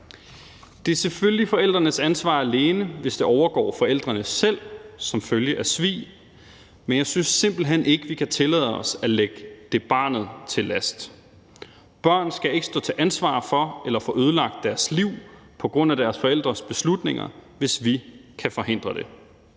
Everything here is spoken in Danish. Det er selvfølgelig alene forældrenes ansvar, hvis det overgår forældrene selv som følge af svig, men jeg synes simpelt hen ikke, at vi kan tillade os at lægge det barnet til last. Børn skal ikke stå til ansvar for eller få ødelagt deres liv på grund af deres forældres beslutninger, hvis vi kan forhindre det.